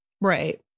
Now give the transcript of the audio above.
Right